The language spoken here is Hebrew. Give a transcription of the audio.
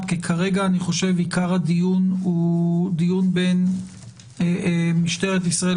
כרגע עיקר הדיון הוא בין משטרת ישראל